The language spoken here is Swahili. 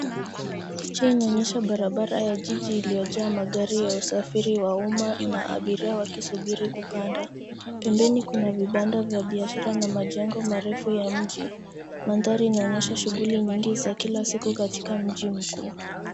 Picha inaonyesha barabara ya jiji iliyojaa magari ya usafiri wa umma na abiria wakisubiri kupanda. Pembeni kuna vibanda vya biashara na majengo marefu ya mji. Mandhari inaonyesha shughuli nyingi za kila siku katika mji mkuu.